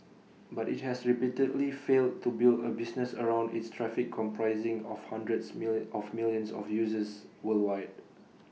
but IT has repeatedly failed to build A business around its traffic comprising of hundreds millions of millions of users worldwide